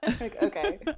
okay